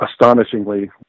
astonishingly